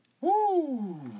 Woo